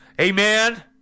Amen